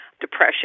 depression